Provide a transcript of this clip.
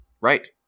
Right